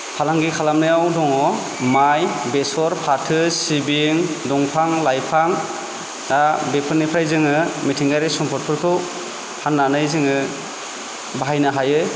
फालांगि खालामनायाव दङ माइ बेसर फाथो सिबिं दंफां लाइफां दा बेफोरनिफ्राय जोङो मिथिंगायारि सम्पदफोरखौ फाननानै जोङो बाहायनो हायो